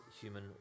human